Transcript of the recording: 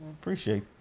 appreciate